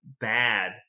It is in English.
bad